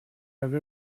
have